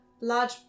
large